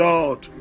Lord